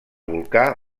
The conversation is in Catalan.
volcà